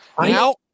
Now